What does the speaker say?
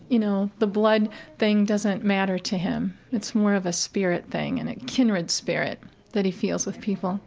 you know, the blood thing doesn't matter to him, it's more of a spirit thing and a kindred spirit that he feels with people